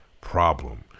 Problem